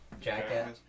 Jackass